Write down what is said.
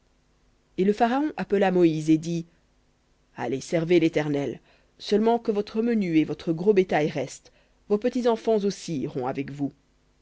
et le pharaon appela moïse et dit allez servez l'éternel seulement que votre menu et votre gros bétail restent vos petits enfants aussi iront avec vous